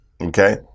Okay